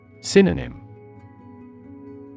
Synonym